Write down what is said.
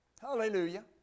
Hallelujah